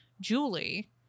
Julie